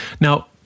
Now